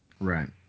right